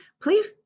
please